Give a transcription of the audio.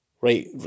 right